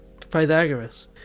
Pythagoras